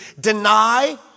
deny